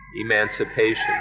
emancipation